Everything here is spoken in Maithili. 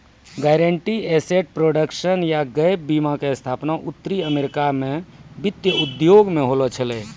गायरंटीड एसेट प्रोटेक्शन या गैप बीमा के स्थापना उत्तरी अमेरिका मे वित्तीय उद्योग मे होलो छलै